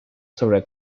sobre